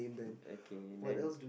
okay then